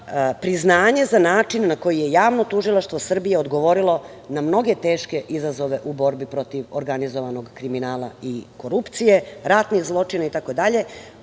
priznanje za način na koje Javno tužilaštvo Srbije odgovorilo na mnoge teške izazove u borbi protiv organizovanog kriminala i korupcije, ratnih zločina itd.